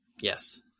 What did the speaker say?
Yes